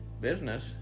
business